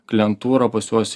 klientūra pas juos